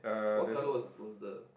what color was was the